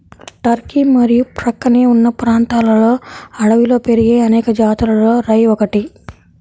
Turkey మరియు ప్రక్కనే ఉన్న ప్రాంతాలలో అడవిలో పెరిగే అనేక జాతులలో రై ఒకటి